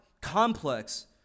complex